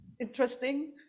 interesting